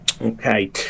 okay